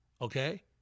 okay